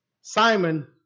Simon